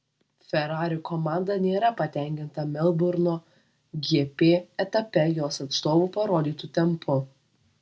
ferrari komanda nėra patenkinta melburno gp etape jos atstovų parodytu tempu